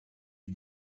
les